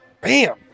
Bam